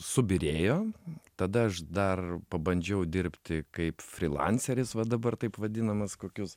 subyrėjo tada aš dar pabandžiau dirbti kaip frilanceris va dabar taip vadinamas kokius